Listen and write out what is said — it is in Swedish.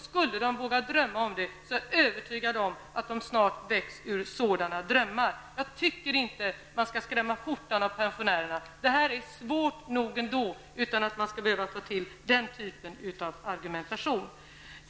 Skulle de våga drömma om detta är jag övertygad om att de snart väcks ur sådana drömmar. Jag tycker inte att man skall skrämma skjortan pensionärerna. Detta är svårt nog ändå utan att man behöver ta till den typen av argumentation.